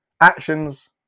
Actions